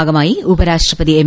ഭാഗമായി ഉപരാഷ്ട്രപതി എം